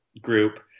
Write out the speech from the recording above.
group